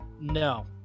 no